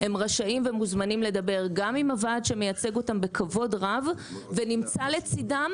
הם רשאים ומוזמנים לדבר גם עם הוועד שמייצג אותם בכבוד רב ונמצא לצדם,